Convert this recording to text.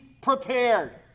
prepared